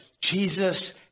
Jesus